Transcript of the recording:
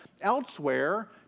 elsewhere